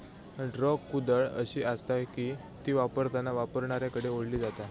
draw कुदळ अशी आसता की ती वापरताना वापरणाऱ्याकडे ओढली जाता